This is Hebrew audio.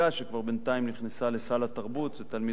שבינתיים כבר נכנסה לסל התרבות ותלמידי